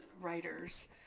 writers